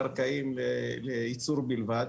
קרקעיים לייצור בלבד.